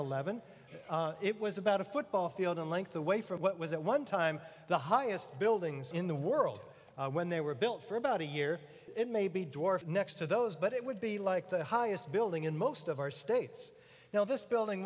eleven it was about a football field in length away from what was at one time the highest buildings in the world when they were built for about a year it may be dwarfed next to those but it would be like the highest building in most of our states now this building